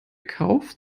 kauft